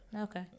Okay